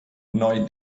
neu